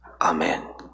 Amen